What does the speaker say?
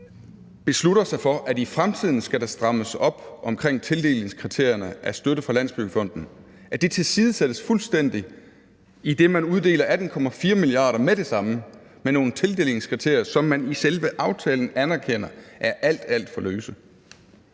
beslutter sig for, at der i fremtiden skal strammes op om tildelingskriterierne for støtte fra Landsbyggefonden, tilsidesættes fuldstændig, idet man uddeler 18,4 mia. kr. med det samme efter nogle tildelingskriterier, som man i selve aftalen anerkender er alt, alt for løse.